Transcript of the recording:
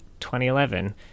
2011